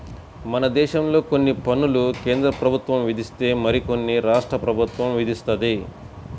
మనదేశంలో కొన్ని పన్నులు కేంద్రప్రభుత్వం విధిస్తే మరికొన్ని రాష్ట్ర ప్రభుత్వం విధిత్తది